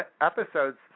episodes